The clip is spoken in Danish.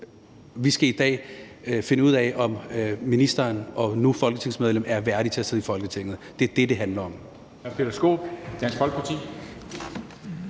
vi skal i dag finde ud af, om ministeren, nu folketingsmedlem, er værdig til at sidde i Folketinget. Det er det, det handler om.